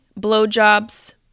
blowjobs